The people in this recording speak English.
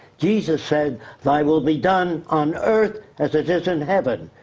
jesus said like it will be done on earth as it is in heaven.